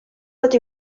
pot